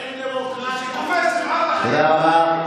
אין דמוקרטיה, תודה רבה.